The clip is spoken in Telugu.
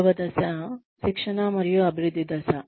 రెండవ దశ శిక్షణ మరియు అభివృద్ధి దశ